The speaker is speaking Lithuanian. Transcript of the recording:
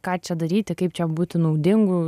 ką čia daryti kaip čia būti naudingu